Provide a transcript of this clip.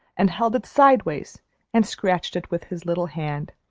and held it sideways and scratched it with his little hand.